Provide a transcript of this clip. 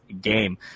game